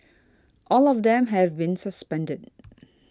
all of them have been suspended